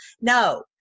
no